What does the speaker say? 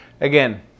again